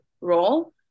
role